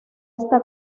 está